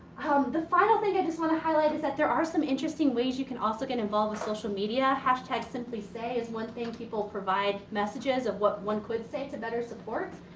the final thing i just wanna highlight is that there are some interesting ways you can also get involved with social media. hashtag simply say is one thing people provide messages of what one could say to better support.